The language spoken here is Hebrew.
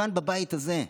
כאן, בבית הזה,